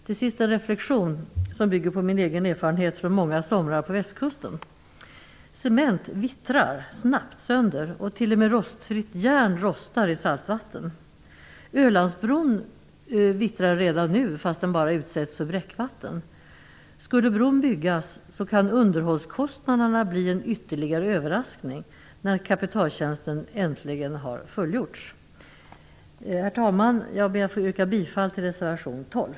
Till sist en reflexion, som bygger på min egen erfarenhet från många somrar på västkusten. Cement vittrar snabbt sönder, och t.o.m. rostfritt järn rostar i saltvatten. Ölandsbron vittrar redan nu, fast den bara utsätts för bräckvatten. Skulle bron byggas kan underhållskostnaderna bli en ytterligare överraskning, när kapitaltjänsten äntligen har fullgjorts. Herr talman! Jag ber att få yrka bifall till reservation 12.